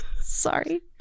Sorry